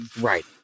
Right